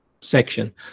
section